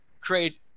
create